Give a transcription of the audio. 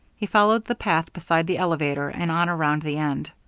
he followed the path beside the elevator and on around the end,